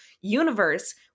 universe